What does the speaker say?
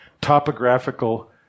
topographical